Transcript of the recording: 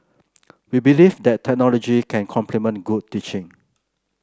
we believe that technology can complement good teaching